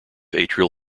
atrial